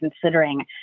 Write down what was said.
considering